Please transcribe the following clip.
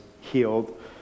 healed